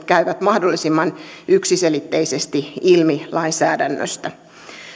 käyvät mahdollisimman yksiselitteisesti ilmi lainsäädännöstä